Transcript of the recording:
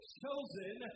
chosen